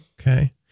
Okay